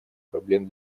проблем